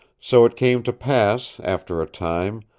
so it came to pass, after a time,